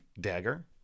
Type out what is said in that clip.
dagger